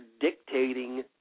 dictating